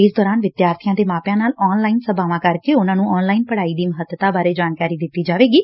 ਇਸ ਦੌਰਾਨ ਵਿਦਿਆਰਥੀਆਂ ਦੇ ਮਾਪਿਆਂ ਨਾਲ ਆਨ ਲਾਈਨ ਸਭਾਵਾਂ ਕਰਕੇ ਉਨਾਂ ਨੂੰ ਆਨ ਲਾਈਨ ਪੜਾਈ ਦੀ ਮਹੱਤਤਾ ਬਾਰੇ ਜਾਣਕਾਰੀ ਦਿੱਤੀ ਜਾਵੇਗੀ